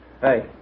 Hey